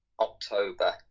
October